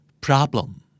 Problem